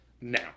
Now